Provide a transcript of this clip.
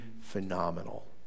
phenomenal